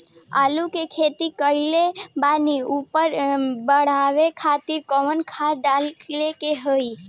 आलू के खेती कइले बानी उपज बढ़ावे खातिर कवन खाद डाले के होई?